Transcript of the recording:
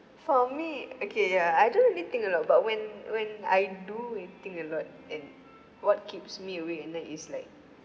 for me okay ya I don't really think a lot but when when I do think a lot and what keeps me awake at night is like